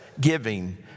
giving